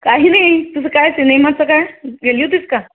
काही नाही तुझं काय सिनेमाचं काय गेली होतीस का